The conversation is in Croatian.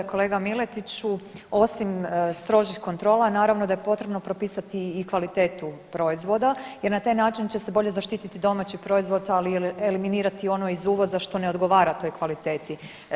Kolega Miletiću, osim strožih kontrola naravno da je potrebno propisati i kvalitetu proizvoda jer na taj način će se bolje zaštititi domaći proizvod, ali i eliminirati ono iz uvoza što ne odgovara toj kvaliteti.